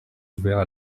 ouvert